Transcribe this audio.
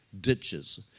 ditches